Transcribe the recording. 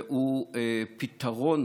והוא פתרון